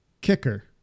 kicker